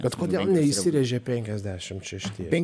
bet kodėl neįsirėžė penkiasdešim šeštieji